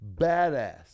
badass